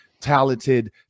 talented